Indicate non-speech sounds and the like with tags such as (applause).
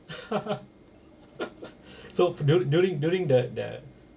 (laughs) so dur~ during~ during the the